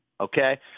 okay